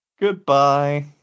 goodbye